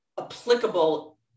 applicable